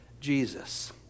Jesus